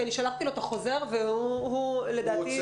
כי שלחתי לו את החוזר והוא לדעתי ירצה להשיב.